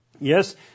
Yes